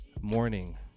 morning